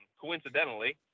coincidentally